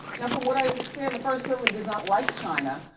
now, from what i understand, the first family does not like chyna,